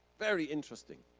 very interesting.